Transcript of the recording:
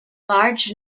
large